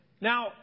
Now